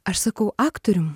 aš sakau aktorium